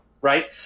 right